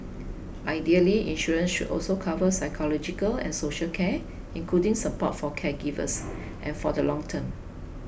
ideally insurance should also cover psychological and social care including support for caregivers and for the long term